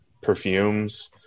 perfumes